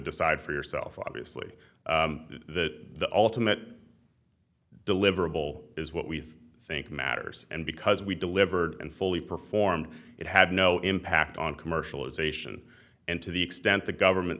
decide for yourself obviously that the ultimate deliverable is what we think matters and because we delivered and fully performed it had no impact on commercialization and to the extent the government